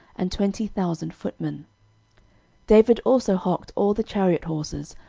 and twenty thousand footmen david also houghed all the chariot horses,